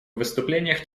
выступлениях